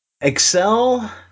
Excel